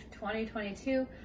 2022